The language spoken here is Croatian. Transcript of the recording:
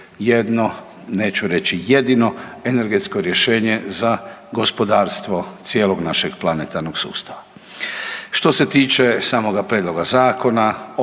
jedno, neću reći jedino, energetsko rješenje za gospodarstvo cijelog našeg planetarnog sustava. Što se tiče samoga prijedloga zakona